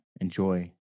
Enjoy